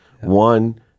One